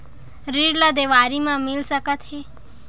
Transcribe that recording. ऋण ला देवारी मा मिल सकत हे